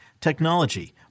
technology